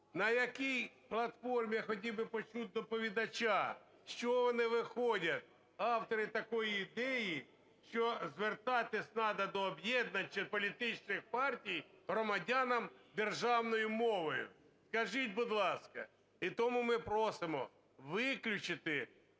На якій платформі, я хотів би почути доповідача, з чого вони виходять, автори такої ідеї, що звертатись надо до об'єднань чи політичних партій громадянам державною мовою скажіть, буд ласка? І тому ми просимо виключити,